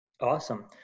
Awesome